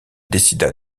décida